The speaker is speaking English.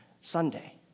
Sunday